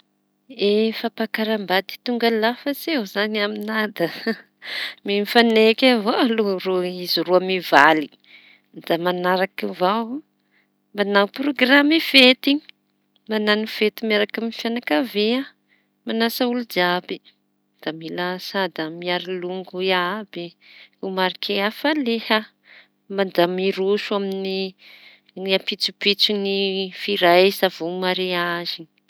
E fampakaram-bady tonga lafatsy io izañy amiña da mifaneky avao aloha ro - izy roa mivaly da manaraky avao mañao programy fety. mañano fety miaraky fianakavia manasa olo jiàby da mila vasa da ho mariky longo iàby ho mariky hafalia da miroso amin'ny firaisa vao mariazy.